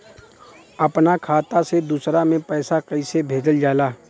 अपना खाता से दूसरा में पैसा कईसे भेजल जाला?